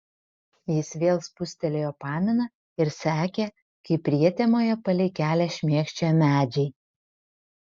jis vėl spustelėjo paminą ir sekė kaip prietemoje palei kelią šmėkščioja medžiai